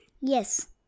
yes